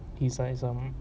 he sign some